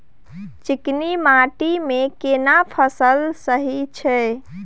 चिकनी माटी मे केना फसल सही छै?